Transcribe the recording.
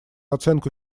оценку